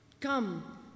Come